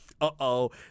uh-oh